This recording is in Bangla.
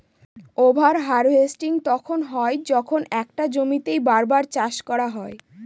ওভার হার্ভেস্টিং তখন হয় যখন একটা জমিতেই বার বার চাষ করা হয়